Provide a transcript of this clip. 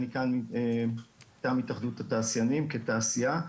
אני כאן מטעם התאחדות התעשיינים כתעשיין.